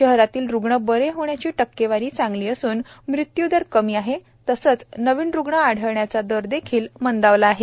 शहरातील रुग्ण बरे होण्याची टक्केवारी चांगली असून मृत्यू दर कमी आहे तसेच नवीन रुग्ण आढळन्याच दर देखील मंदावला आहे